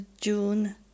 June